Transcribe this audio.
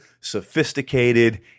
sophisticated